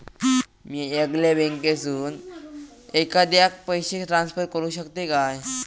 म्या येगल्या बँकेसून एखाद्याक पयशे ट्रान्सफर करू शकतय काय?